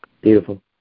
Beautiful